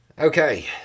Okay